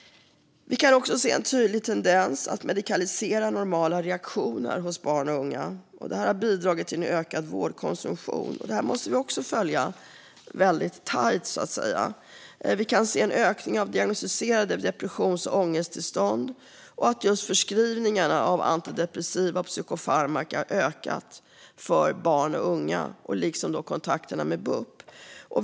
Vi kan också se en tydlig tendens att medikalisera normala reaktioner hos barn och unga. Det har bidragit till en ökad vårdkonsumtion, och vi måste följa upp detta på ett "tajt" sätt. Vi kan se en ökning av diagnostiserade depressions och ångesttillstånd och att förskrivningarna av antidepressiva psykofarmaka har ökat för barn och unga, liksom kontakterna med bup.